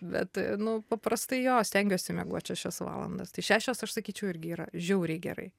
bet nu paprastai jo stengiuosi miegot šešias valandas tai šešios aš sakyčiau irgi yra žiauriai gerai